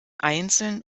einzeln